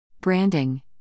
Branding